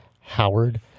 Howard